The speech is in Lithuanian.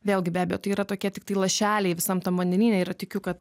vėlgi be abejo tai yra tokie tiktai lašeliai visam tam vandenyne ir tikiu kad